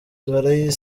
gihe